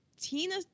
Tina